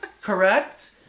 Correct